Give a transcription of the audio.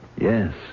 Yes